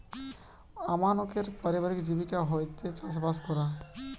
আমানকের পারিবারিক জীবিকা হয়ঠে চাষবাস করা